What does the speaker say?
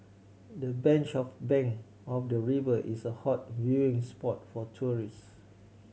the bench of bank of the river is a hot viewing spot for tourists